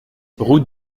route